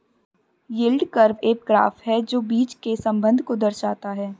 yield curve एक graph है जो बीच के संबंध को दर्शाता है